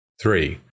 Three